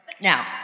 Now